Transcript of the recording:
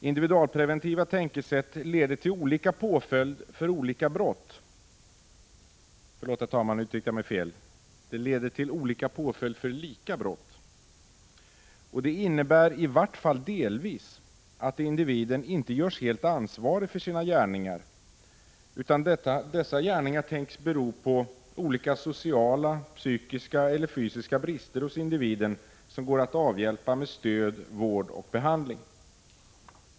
Individualpreventiva tänkesätt leder till olika påföljd för lika brott. Det innebär, i vart fall delvis, att individen inte görs helt ansvarig för sina gärningar, utan dessa antas bero på sociala, psykiska eller fysiska brister hos individen, vilka går att avhjälpa med stöd, vård och behandling.